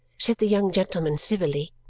said the young gentleman civilly.